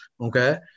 okay